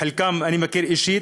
את חלקם אני מכיר אישית,